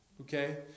Okay